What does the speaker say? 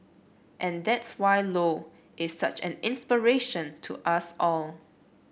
and that's why Low is such an inspiration to us all